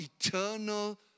eternal